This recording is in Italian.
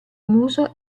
muso